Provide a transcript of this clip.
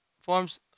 forms